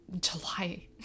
July